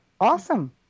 Awesome